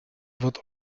wird